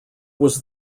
was